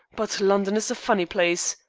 but london is a funny place.